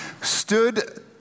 stood